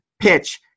PITCH